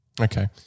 Okay